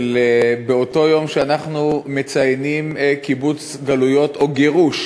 שבאותו יום שאנחנו מציינים קיבוץ גלויות וגירוש,